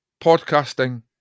podcasting